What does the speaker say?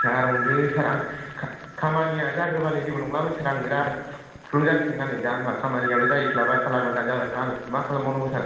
सार अनदो सार आं खामानिया जाग्रोबानो जेबो नङालामोन सार आं बिरात फ्रब्लेम जासिगोनना दा होनबा खामानिआबो जाहैस्लाबआ सालानबो दानजाबायबा आं मा खालाम बावनांगौ सार